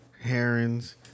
herons